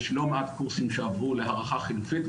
יש לא מעט קורסים שעברו להערכה חלופית,